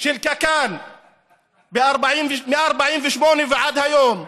של קק"ל מ-48' ועד היום,